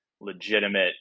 legitimate